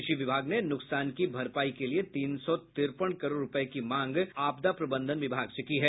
कृषि विभाग ने नुकसान की भरपाई के लिए तीन सौ तिरपन करोड़ रूपये की मांग आपदा प्रबंधन विभाग से की है